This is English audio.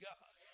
God